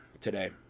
today